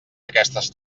aquestes